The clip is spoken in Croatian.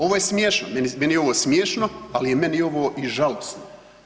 Ovo je smiješno, meni je ovo smiješno, ali je meni ovo i žalosno.